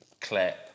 clip